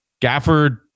Gafford